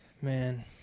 man